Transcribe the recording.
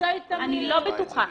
אני לא בטוחה.